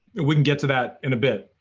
we can get to that in a bit.